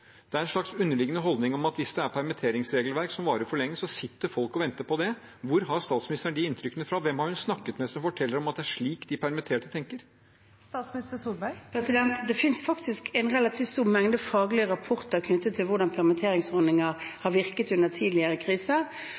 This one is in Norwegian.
Det er en slags underliggende holdning om at hvis det er permitteringsregelverk som varer for lenge, sitter folk og venter på det. Hvor har statsministeren de inntrykkene fra? Hvem har hun snakket med som forteller at det er slik de permitterte tenker? Det fins faktisk en relativt stor mengde faglige rapporter knyttet til hvordan permitteringsordninger har virket under tidligere kriser.